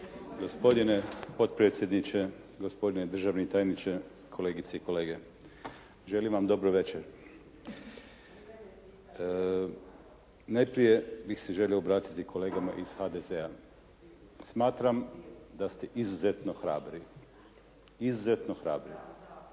Gospodine potpredsjedniče, gospodine državni tajniče, kolegice i kolege želim vam dobru večer. Najprije bih se želio obratiti kolegama iz HDZ-a. Smatram da ste izuzetno hrabri, izuzetno hrabri.